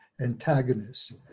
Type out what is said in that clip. antagonists